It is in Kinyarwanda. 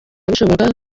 bishobora